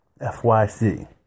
FYC